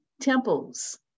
temples